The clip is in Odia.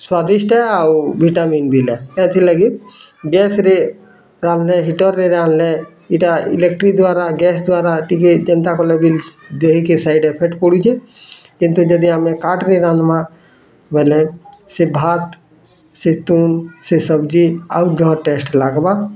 ସ୍ୱାଦିଷ୍ଟ ଆଉ ଭିଟାମିନ୍ ବି ଲାଗେ ସେଥିର୍ ଲାଗି ଗ୍ୟାସ୍ରେ ରାନ୍ଧ୍ଲେ ହିଟର୍ରେ ରାନ୍ଧ୍ଲେ ଏଟା ଇଲେକ୍ଟ୍ରି ଦ୍ଵାରା ଗ୍ୟାସ୍ ଦ୍ଵାରା ଟିକେ ଯେନ୍ତା କଲେ ବି ଦେହି କେ ସାଇଡ଼୍ ଇଫେକ୍ଟ ପଡ଼ୁଛେ କିନ୍ତୁ ଯଦି ଆମେ କାଠ୍ରେ ରାନ୍ଧ୍ମା ବୋଇଲେ ସେ ଭାତ ସେ ତୁନ୍ ସେ ସବ୍ଜି ଆଉ ଟେଷ୍ଟ୍ ଲାଗ୍ବା